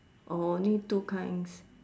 orh only two kinds